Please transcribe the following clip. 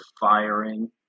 firing